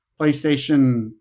PlayStation